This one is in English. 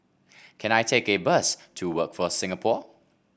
can I take a bus to Workforce Singapore